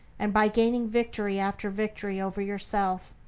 and by gaining victory after victory over yourself.